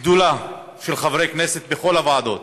גדולה של חברי כנסת בכל ישיבות הוועדות